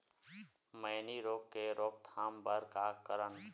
मैनी रोग के रोक थाम बर का करन?